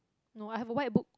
no I have a white book